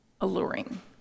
alluring